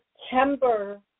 September